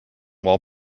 while